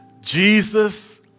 Jesus